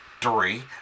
Three